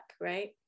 right